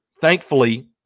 thankfully